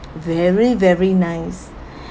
very very nice